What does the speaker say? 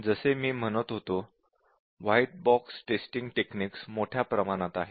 जसे मी म्हणत होतो व्हाईट बॉक्स टेस्टिंग टेक्निक्स मोठ्या प्रमाणात आहेत